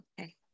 okay